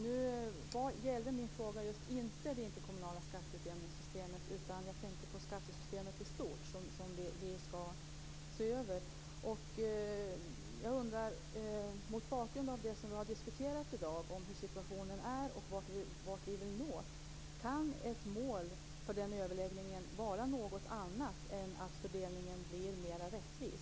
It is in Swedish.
Fru talman! Jag tackar för svaret. Nu gällde inte min fråga just det interkommunala skatteutjämningssystemet, utan jag tänkte på skattesystemet i stort, som vi skall se över. Mot bakgrund av det som vi har diskuterat i dag om hur situationen är och vart vi vill nå, undrar jag: Kan ett mål för den överläggningen vara något annat än att fördelningen blir mera rättvis?